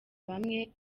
bamwe